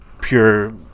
pure